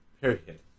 Period